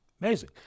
Amazing